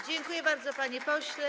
Dziękuję bardzo, panie pośle.